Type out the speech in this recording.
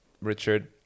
Richard